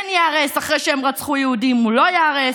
ייהרס אחרי שהם רצחו יהודים או לא ייהרס.